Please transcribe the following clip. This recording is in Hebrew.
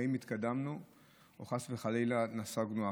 האם התקדמנו או חס וחלילה נסוגנו אחור?